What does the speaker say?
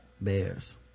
bears